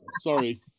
sorry